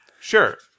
Sure